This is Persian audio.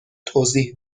توضیح